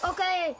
Okay